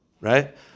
right